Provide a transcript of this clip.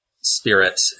spirit